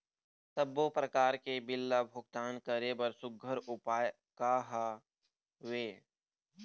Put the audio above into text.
सबों प्रकार के बिल ला भुगतान करे बर सुघ्घर उपाय का हा वे?